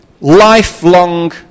lifelong